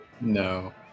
no